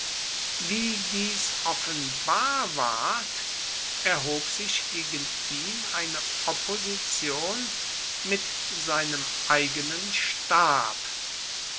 wie dies offenbar ward erhob sich gegen ihn eine opposition mit seinem eigenen stab